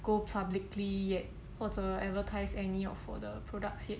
够 publicly yet 或者 advertise any of 我的 products yet